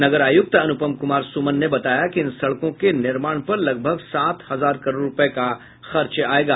नगर आयुक्त अनुपम कुमार सुमन ने बताया कि इन सड़कों के निर्माण पर लगभग सात हजार करोड़ रूपये का खर्च आयेगा